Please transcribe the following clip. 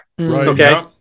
okay